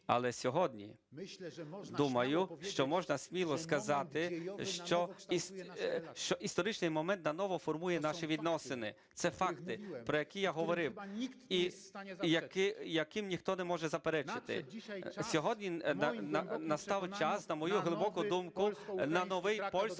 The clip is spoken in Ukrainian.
Але сьогодні думаю, що можна сміло сказати, що історичний момент давно формує наші відносини, це факти, про які я говорив і яким ніхто не може заперечити. Сьогодні настав час, на мою глибоку думку, на новий польсько-український